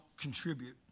contribute